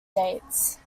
dates